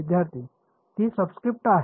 विद्यार्थीः ती सबस्क्रिप्ट आहे